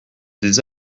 des